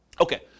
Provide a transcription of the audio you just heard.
Okay